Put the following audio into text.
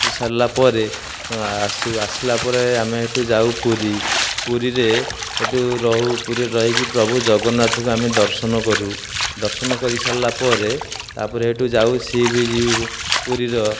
କରିସାରିଲା ପରେ ଆସୁ ଆସିଲା ପରେ ଆମେ ଏଠୁ ଯାଉ ପୁରୀ ପୁରୀରେ ହେଠୁ ରହୁ ପୁରୀରେ ରହିକି ପ୍ରଭୁ ଜଗନ୍ନାଥଙ୍କୁ ଆମେ ଦର୍ଶନ କରୁ ଦର୍ଶନ କରି ସାରିଲା ପରେ ତା'ପରେ ହେଠୁ ଯାଉ ସି ବୀଚ୍ ପୁରୀର